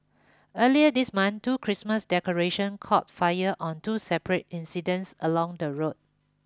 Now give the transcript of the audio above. earlier this month two Christmas decorations caught fire on two separate incidents along the road